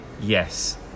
yes